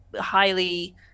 highly